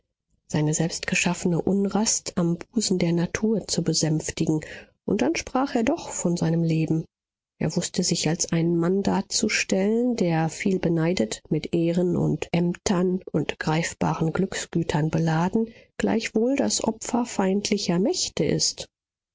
seine selbstgeschaffene unrast am busen der natur zu besänftigen und dann sprach er doch von seinem leben er wußte sich als einen mann darzustellen der vielbeneidet mit ehren und ämtern und greifbaren glücksgütern beladen gleichwohl das opfer feindlicher mächte ist